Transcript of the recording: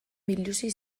biluzi